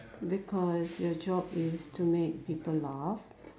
because your job is to make people laugh